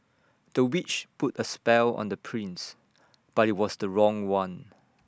the witch put A spell on the prince but IT was the wrong one